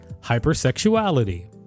hypersexuality